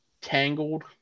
Tangled